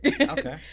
Okay